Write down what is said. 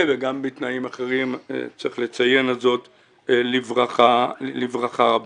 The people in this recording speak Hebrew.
וגם בתנאים אחרים צריך לציין זאת לברכה רבה.